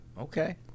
Okay